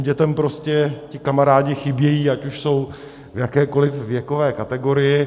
Dětem prostě kamarádi chybějí, ať už jsou v jakékoliv věkové kategorii.